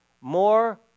more